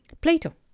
Plato